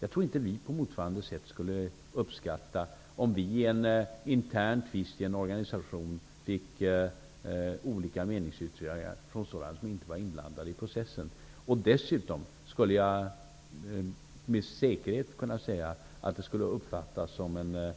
Jag tror inte att vi, på motsvarande sätt, skulle uppskatta om vi i en intern tvist i en organisation fick olika meningsyttringar från sådana som inte var inblandade i processen. Dessutom skulle jag med säkerhet kunna säga att det skulle uppfattas som en